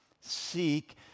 Seek